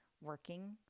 working